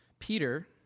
Peter